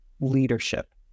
leadership